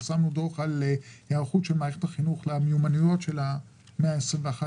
פרסמנו דוח על היערכות של מערכת החינוך בנוגע למיומנויות של המאה ה-21.